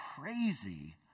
crazy